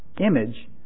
image